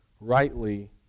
rightly